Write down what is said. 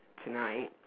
tonight